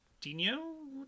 Dino